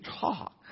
talk